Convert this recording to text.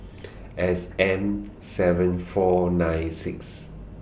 S M seven four nine six